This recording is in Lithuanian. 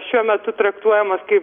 šiuo metu traktuojamas kaip